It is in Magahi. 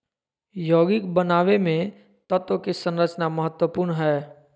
यौगिक बनावे मे तत्व के संरचना महत्वपूर्ण हय